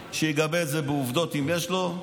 שיגבה את זה בעובדות אם יש לו,